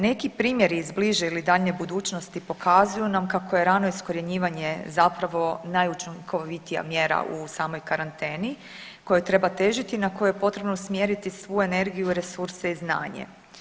Neki primjeri iz bliže ili daljnje budućnosti pokazuju nam kako je rano iskorjenjivanje zapravo najučinkovitija mjera u samoj karanteni kojoj treba težiti i na koju je potrebno usmjeriti svu energiju, resurse i znanje.